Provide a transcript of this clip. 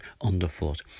underfoot